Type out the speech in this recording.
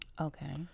Okay